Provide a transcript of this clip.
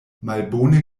malbone